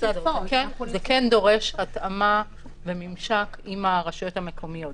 זה כן דורש התאמה וממשק עם הרשויות המקומיות.